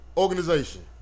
organization